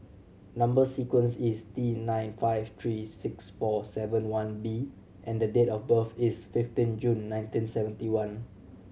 number sequence is T nine five three six four seven one B and the date of birth is fifteen June nineteen seventy one